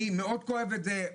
אני מאוד כואב את זה.